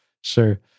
Sure